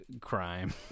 crime